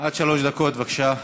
עד שלוש דקות, בבקשה.